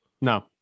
No